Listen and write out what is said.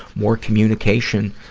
more communication.